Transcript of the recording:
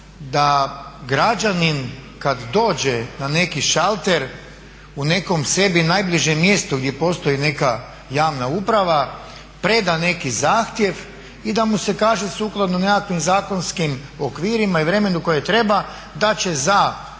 da građanin kad dođe na neki šalter u nekom sebi najbližem mjestu gdje postoji neka javna uprava preda neki zahtjev i da mu se kaže sukladnom nekakvim zakonskim okvirima i vremenu koje treba da će za 7,